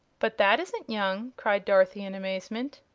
but that isn't young! cried dorothy, in amazement.